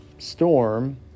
storm